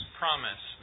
promise